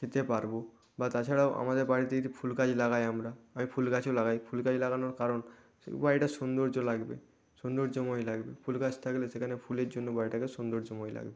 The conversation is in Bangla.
খেতে পারবো বা তাছাড়াও আমাদের বাড়িতে যদি ফুল গাছ লাগাই আমরা আমি ফুল গাছও লাগাই ফুল গাছ লাগানোর কারণ বাড়িটা সুন্দর্য লাগবে সুন্দর্যময় লাগবে ফুল গাছ থাকলে সেখানে ফুলের জন্য বাড়িটাকে সুন্দর্যময় লাগবে